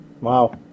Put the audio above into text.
wow